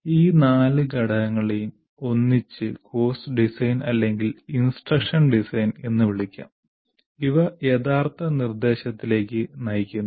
ഈ നാല് ഘടകങ്ങളെയും ഒന്നിച്ച് കോഴ്സ് ഡിസൈൻ അല്ലെങ്കിൽ ഇൻസ്ട്രക്ഷൻ ഡിസൈൻ എന്ന് വിളിക്കാം അവ യഥാർത്ഥ നിർദ്ദേശത്തിലേക്ക് നയിക്കുന്നു